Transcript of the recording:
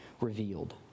revealed